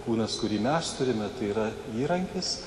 kūnas kurį mes turime tai yra įrankis